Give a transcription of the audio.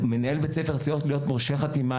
מנהל בית הספר צריך להיות מורשה חתימה,